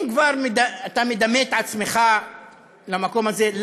אם כבר אתה מדמה את עצמך למקום הזה,